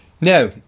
Now